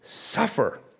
suffer